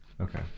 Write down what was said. Okay